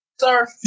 Sir